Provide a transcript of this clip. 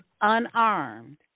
unarmed